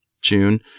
June